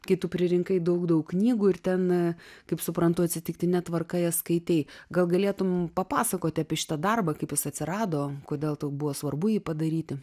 kai tu pririnkai daug daug knygų ir ten kaip suprantu atsitiktine tvarka jas skaitei gal galėtum papasakoti apie šitą darbą kaip jis atsirado kodėl tau buvo svarbu jį padaryti